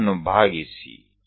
AO એ આ છે